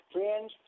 Friends